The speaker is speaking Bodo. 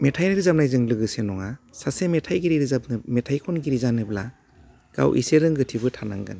मेथाइ रोजाबनायजों लोगोसे नङा सासे मेथाइगिरि रोजाबनो मेथाइ खनगिरि जानोब्ला गाव एसे रोंगोथिबो थानांगोन